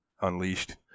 Unleashed